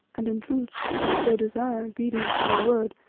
and in truth, if i so desire, obedient to my word,